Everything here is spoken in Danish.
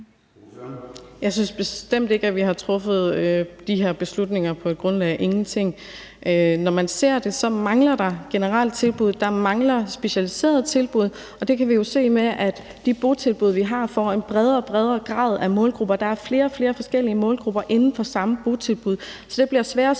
Jeg synes bestemt ikke, at vi har truffet de her beslutninger på et grundlag af ingenting. Når man ser på det, mangler der generelle tilbud, der mangler specialiserede tilbud, og det kan vi jo se ved, at de botilbud vi har, får en bredere og bredere målgruppe, at der er flere og flere forskellige målgrupper inden for det samme botilbud, så det bliver svære og